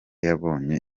yabonye